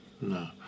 no